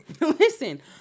listen